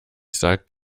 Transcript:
sagt